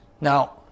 Now